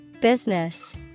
Business